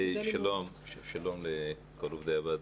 שלום לכל עובדי הוועדה.